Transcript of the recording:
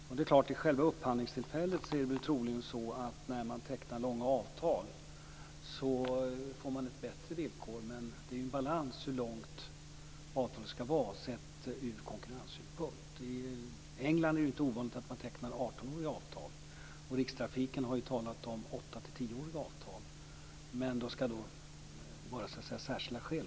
Vid själva upphandlingstillfället får man troligen ett bättre villkor när man tecknar långa avtal. Men det är ju en balans hur långt avtalet ska vara, sett ur konkurrenssynpunkt. I England är det inte ovanligt att man tecknar artonåriga avtal. Rikstrafiken har talat om åtta till tioåriga avtal. Men då ska det vara särskilda skäl.